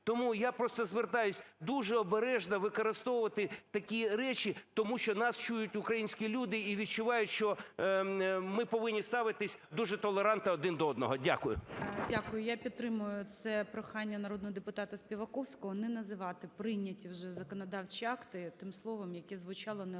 Тому я просто звертаюсь дуже обережно використовувати такі речі, тому що нас чують українські люди і відчувають, що ми повинні ставитись дуже толерантно один до одного. Дякую. ГОЛОВУЮЧИЙ. Дякую. Я підтримую це прохання народного депутата Співаковського не називати прийняті вже законодавчі акти тим словом, яке звучало неодноразово